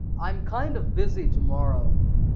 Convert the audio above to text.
i'm kind of busy tomorrow.